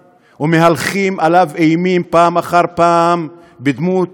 ומהלכים עליו אימים פעם אחר פעם בדמות